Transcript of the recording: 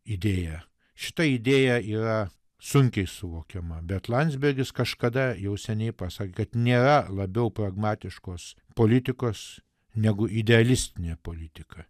idėją šita idėja yra sunkiai suvokiama bet landsbergis kažkada jau seniai pasakė kad nėra labiau pragmatiškos politikos negu idealistinė politika